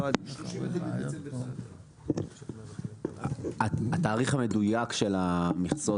לא עד --- התאריך המדויק של המכסות,